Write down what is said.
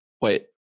Wait